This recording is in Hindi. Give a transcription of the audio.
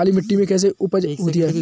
काली मिट्टी में कैसी उपज होती है?